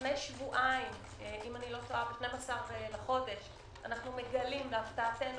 לפני שבועיים, ב-12 בחודש, אנו מגלים להפתעתנו